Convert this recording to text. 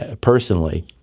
personally